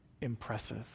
impressive